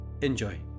Enjoy